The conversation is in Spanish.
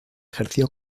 ejerció